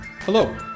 Hello